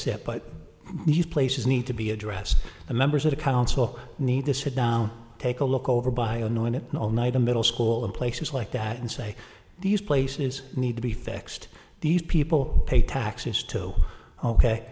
sit but these places need to be addressed the members of the council need to sit down take a look over by annoying it all night the middle school and places like that and say these places need to be fixed these people pay taxes to ok